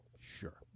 Sure